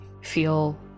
feel